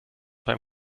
beim